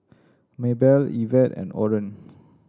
Maebelle Yvette and Oren